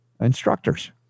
instructors